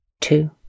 two